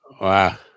Wow